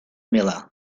milà